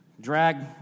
drag